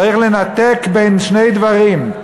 צריך לנתק בין שני דברים,